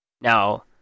Now